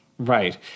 Right